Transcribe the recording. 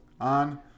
on